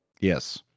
Yes